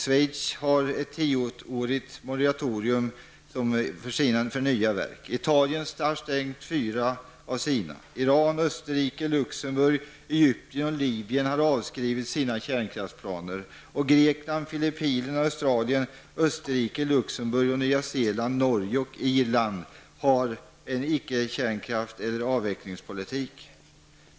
Schweiz har ett tioårigt moratorium för nya verk. Italien har stängt fyra av sina. Iran, Österrike, Luxemburg, Egypten och Lybien har avskrivit sina kärnkraftsplaner, och Grekland, Filippinerna, Australien, Österrike, Luxemburg, Nya Zeeland, Norge och Irland har en icke-kärnkrafts eller avvecklingspolitik.